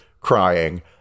crying